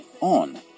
on